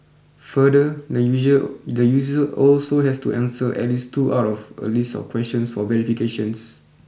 further the the user also has to answer at least two out of a list of questions for verification